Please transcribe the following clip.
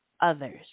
others